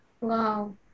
wow